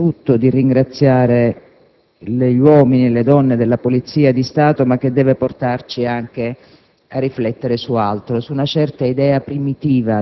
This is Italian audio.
dobbiamo continuare ad attingere nel momento in cui episodi come quelli di cui stiamo discutendo segnalano una vera e seria difficoltà,